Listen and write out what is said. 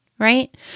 right